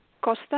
Costa